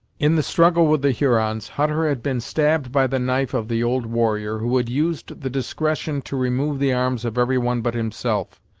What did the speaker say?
in the struggle with the hurons, hutter had been stabbed by the knife of the old warrior, who had used the discretion to remove the arms of every one but himself.